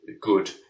good